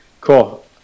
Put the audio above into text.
Cool